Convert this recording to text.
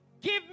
Give